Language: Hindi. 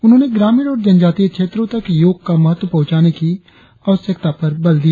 उन्होंने ग्रामीण और जनजातीय क्षेत्रों तक योग का महत्व पहुंचाने की आवश्यकता पर बल दिया